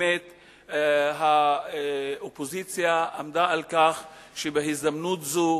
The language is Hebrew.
ובאמת האופוזיציה עמדה על כך שבהזדמנות זו,